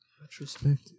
Retrospective